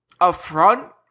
upfront